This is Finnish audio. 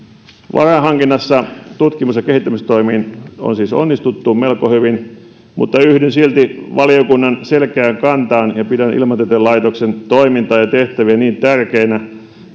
varainhankinnassa tutkimus ja kehittämistoimiin on siis onnistuttu melko hyvin mutta yhdyn silti valiokunnan selkeään kantaan ja pidän ilmatieteen laitoksen toimintaa ja tehtäviä niin tärkeinä